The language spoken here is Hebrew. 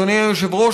אדוני היושב-ראש,